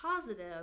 positive